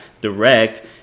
direct